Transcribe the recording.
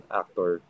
actor